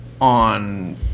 on